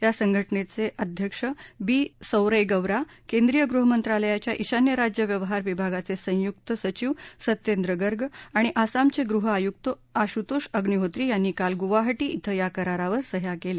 या संघटनेचा अध्यक्ष बी सौरैगवरा केंद्रीय गृहमंत्रालयाच्या ईशान्य राज्य व्यवहार विभागाचे संयुक्त सचिव सत्येंद्र गर्ग आणि आसामचे गृहआयुक्त आशुतोश अग्निहोत्री यांनी काल गुवाहाटी क्वे या करारावर सह्या केल्या